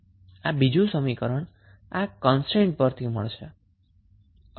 આ બીજું સમીકરણ આપણને કન્સ્ટ્રેન્ટ પરથી મળશે